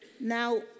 now